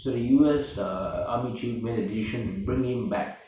so the U_S uh army chief made a decision to bring him back